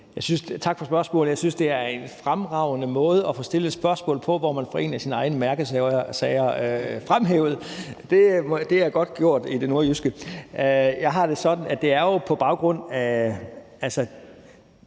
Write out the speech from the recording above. Tak for spørgsmålet. Jeg synes, det er en fremragende måde at få stillet et spørgsmål på, hvor man får en af sine egne mærkesager fremhævet. Det er godt gjort i det nordjyske. Jeg har det sådan, at det jo kom frem